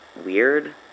weird